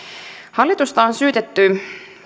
hallitusta on syytetty